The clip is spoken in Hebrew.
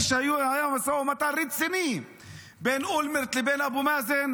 כשהיה משא ומתן רציני בין אולמרט לבין אבו מאזן,